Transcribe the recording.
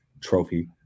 trophy